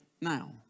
now